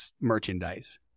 merchandise